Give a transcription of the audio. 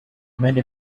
many